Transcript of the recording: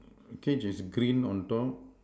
cage is green on top